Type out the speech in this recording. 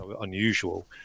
unusual